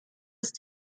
ist